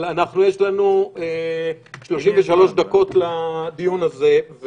אבל יש לנו 33 דקות לדיון הזה.